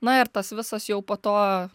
na ir tas visas jau po to